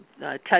touch